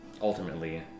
ultimately